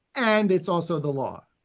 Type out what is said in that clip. and it's also the law.